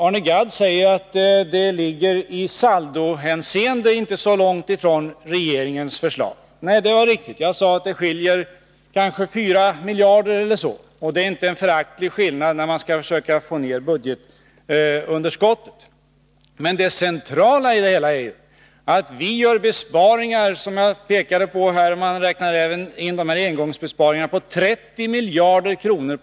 Arne Gadd säger att det i saldohänseende inte ligger så långt ifrån regeringens förslag. Nej, det är riktigt. Jag sade att det skiljer kanske fyra miljarder eller så. Det är en icke föraktlig skillnad när man skall försöka få ned budgetunderskottet. Men det centrala i det hela är att vi gör besparingar på — som jag har påpekat — 30 miljarder kronor på helår, om man räknar in även dessa engångsbesparingar.